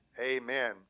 Amen